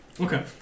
Okay